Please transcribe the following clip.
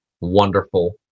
wonderful